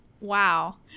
Wow